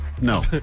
No